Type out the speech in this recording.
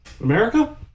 America